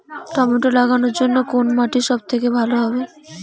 Tomato লাগানোর জন্যে কোন মাটি সব থেকে ভালো হবে?